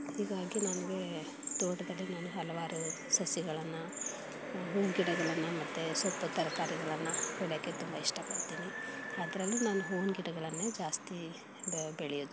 ಹೀಗಾಗಿ ನಮಗೆ ತೋಟದಲ್ಲಿ ನಾನು ಹಲವಾರು ಸಸ್ಯಗಳನ್ನು ಹೂವಿನ ಗಿಡಗಳನ್ನು ಮತ್ತು ಸೊಪ್ಪು ತರಕಾರಿಗಳನ್ನ ಬೆಳೆಯೋಕೆ ತುಂಬ ಇಷ್ಟಪಡ್ತೀನಿ ಅದರಲ್ಲೂ ನಾನು ಹೂವಿನ ಗಿಡಗಳನ್ನೇ ಜಾಸ್ತಿ ಬೆಳೆಯೋದು